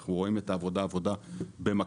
אנחנו רואים את העבודה כעבודה במקביל,